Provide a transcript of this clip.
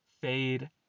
fade